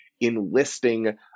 enlisting